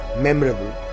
memorable